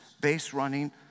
base-running